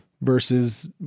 Versus